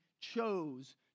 chose